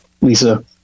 Lisa